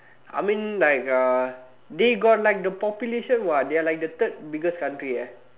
I mean like uh they got like the population what they are like the third biggest country eh